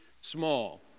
small